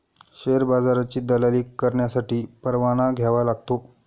share बाजाराची दलाली करण्यासाठी परवाना घ्यावा लागतो